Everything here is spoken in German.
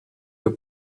der